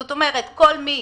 זאת אומרת שכל מי